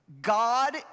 God